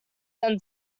than